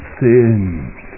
sins